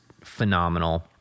phenomenal